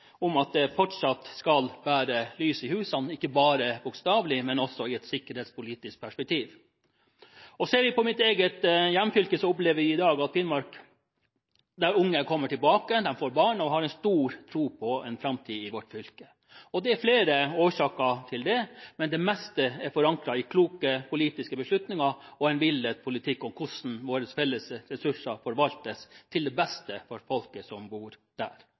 om at det fortsatt skal være «lys i husan» – ikke bare bokstavelig, men også i et sikkerhetspolitisk perspektiv. Hvis vi ser på mitt eget hjemfylke, så opplever vi i dag et Finnmark der unge kommer tilbake, de får barn og har en stor tro på en framtid i vårt fylke. Det er flere årsaker til det, men det meste er forankret i kloke politiske beslutninger og en villet politikk om hvordan våre felles ressurser forvaltes til det beste for folket som bor der.